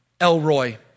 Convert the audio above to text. Elroy